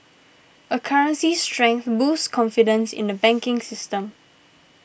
a currency's strength boosts confidence in the banking system